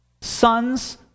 Sons